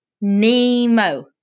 Nemo